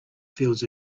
fields